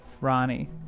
Ronnie